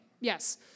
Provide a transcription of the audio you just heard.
Yes